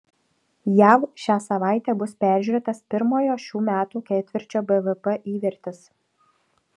jav šią savaitę bus peržiūrėtas pirmojo šių metų ketvirčio bvp įvertis